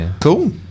Cool